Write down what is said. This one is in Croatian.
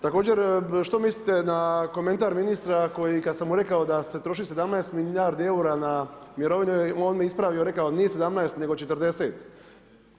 Također, što mislite na komentar ministra koji kada sam mu rekao da se troši 17 milijardi eura na mirovine on me ispravio i rekao nije 17 nego 40?